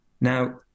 Now